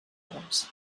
hores